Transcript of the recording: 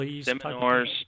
Seminars